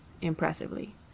impressively